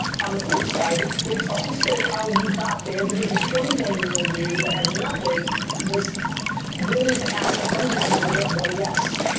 on the flip side, it's also how you got there, because the twenty one year old you that had nothing was willing to ask a hundred people to get one yes.